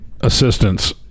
assistance